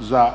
za